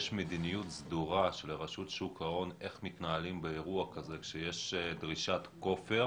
האם יש מדיניות סדורה של הרשות איך מתנהלים באירוע כזה כשיש דרישת כופר?